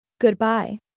Goodbye